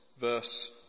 verse